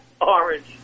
orange